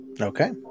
Okay